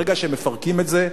ברגע שהם מפרקים את זה,